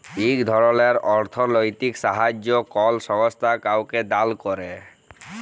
ইক ধরলের অথ্থলৈতিক সাহাইয্য কল সংস্থা কাউকে দাল ক্যরে